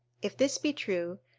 if this be true,